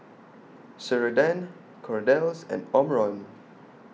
Ceradan Kordel's and Omron